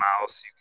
mouse